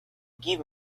give